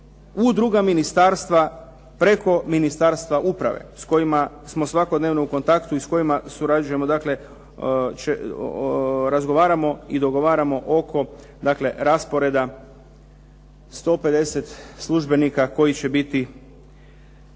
u druga ministarstva preko Ministarstva uprave s kojima smo svakodnevno u kontaktu i s kojima surađujemo, dakle razgovaramo i dogovaramo oko dakle rasporeda 150 službenika koji će biti